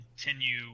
continue